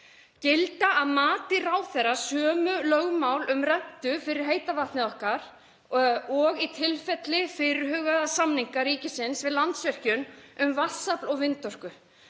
Gilda að mati ráðherra sömu lögmál um rentu fyrir heita vatnið okkar og í tilfelli fyrirhugaðra samninga ríkisins við Landsvirkjun um vatnsafl og vindorku?